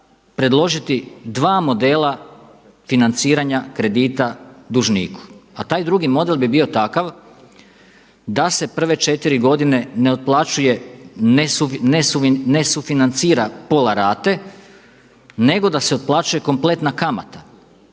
predložiti dva modela financiranja kredita dužniku. A taj drugi model bi bio takav da se prve četiri godine ne otplaćuje ne sufinancira pola rate, nego da se otplaćuje kompletna kamata.